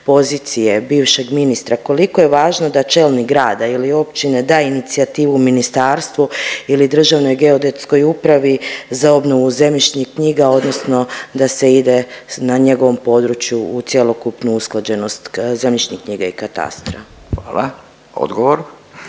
pozicije bivšeg ministra koliko je važno da čelnik grada ili općine da inicijativu ministarstvu ili Državnoj geodetskoj upravi za obnovu zemljišnih knjiga odnosno da se ide na njegovom području u cjelokupnu usklađenost zemljišnih knjiga i katastra. **Radin,